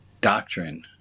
doctrine